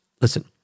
listen